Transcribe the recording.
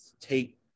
take